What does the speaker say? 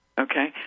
Okay